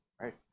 right